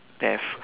death